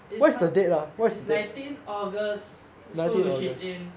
it's com~ it's nineteen august so which is in